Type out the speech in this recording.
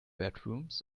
bedrooms